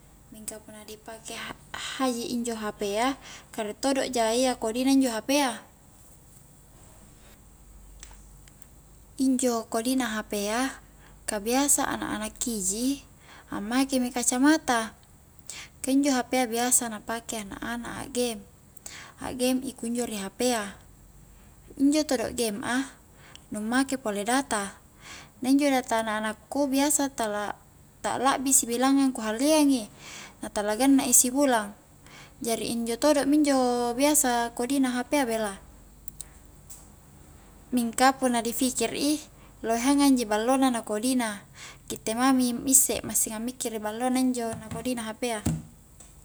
Mingka punna di pake ha-haji injo hp a, ka rie todo injo kodi na hp a injo kodi na hp a, ka biasa anak-anak ki ji ammake mi kacamata ka injo hp a biasa na pake anak-anak a gem, a gem i kunjo ri hp a, injo todo gem a nu make pole data na injo data na anakku biasa tala, ta labbi sibiangngang ku halliang i na tala ganna i sihulang, jari injo todo mi injo biasa kodi na hp a bela mingka punna difikir i loheangang ji ballona na kodina kitte mami isse massing a mikkiri ballona injo na kodina hp a